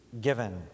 given